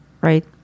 right